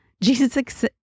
jesus